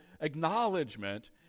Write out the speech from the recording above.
acknowledgement